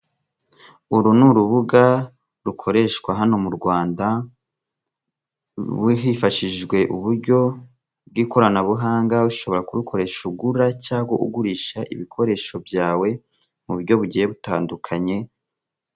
Uru ni urubuga rukoreshwa hano mu Rwanda, ubu hifashishijwe uburyo bw'ikoranabuhanga ushobora kurukoresha ugura cyangwa ugurisha ibikoresho byawe mu buryo bugiye butandukanye.